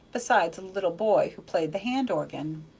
beside a little boy who played the hand-organ.